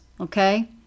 Okay